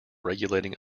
regulating